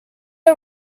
you